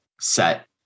set